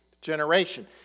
generation